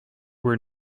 were